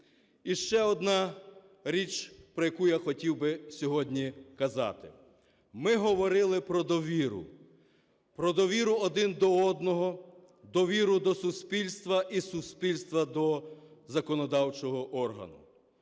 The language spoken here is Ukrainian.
І ще одна річ, про яку я хотів би сьогодні казати. Ми говорили про довіру, про довіру один до одного, довіру до суспільства і суспільства до законодавчого органу.